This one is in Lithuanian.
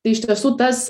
tai iš tiesų tas